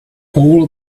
all